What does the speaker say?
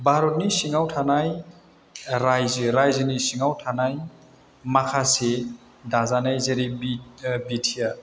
भारतनि सिङाव थानाय रायजो रायजोनि सिङाव थानाय माखासे दाजानाय जेरै बि बिटिआर